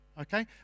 okay